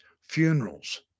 funerals